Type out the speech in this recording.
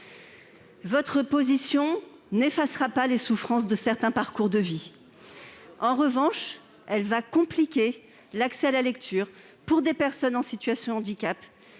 Votre position n'effacera pas les souffrances de certains parcours de vie. En revanche, elle va compliquer l'accès à la lecture des personnes en situation de handicap